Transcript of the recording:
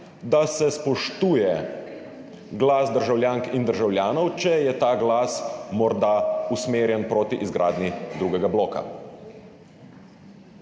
da se spoštuje glas državljank in državljanov, če je ta glas morda usmerjen proti izgradnji drugega bloka.